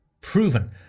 proven